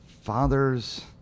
father's